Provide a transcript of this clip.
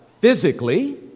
physically